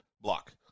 Block